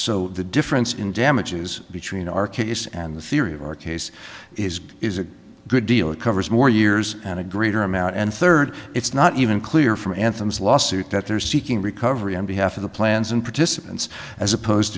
so the difference in damages between our case and the theory of our case is good is a good deal it covers more years and agreed or amount and third it's not even clear from anthem's lawsuit that they're seeking recovery on behalf of the plans and participants as opposed